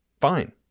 Fine